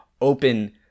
open